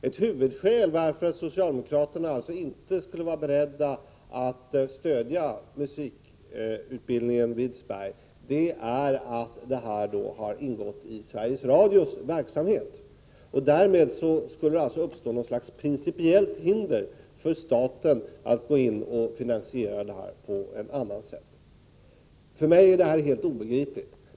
Ett huvudskäl till att socialdemokraterna inte skulle vara beredda att stödja musikutbildningen vid Edsberg är att verksamheten har ingått i Sveriges Radios verksamhet, och därmed skulle det alltså uppkomma något slags principiellt hinder för staten att gå in och finansiera verksamheten på ett annat sätt. För mig är detta helt obegripligt.